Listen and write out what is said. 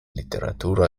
literatura